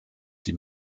die